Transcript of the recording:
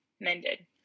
mended